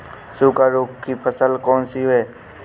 सूखा रोग की फसल कौन सी है?